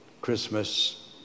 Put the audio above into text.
Christmas